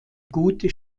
gute